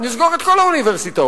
נסגור את כל האוניברסיטאות.